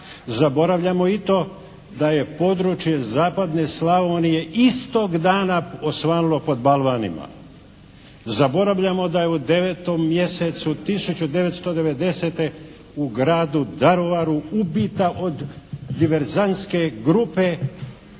Zaboravljamo i to da je područje zapadne Slavonije istog dana osvanulo pod balvanima. Zaboravljamo da je u 9. mjesecu 1990. u gradu Daruvaru ubita od diverzantske grupe